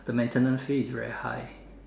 the maintenance fee is very high